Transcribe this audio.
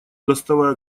доставая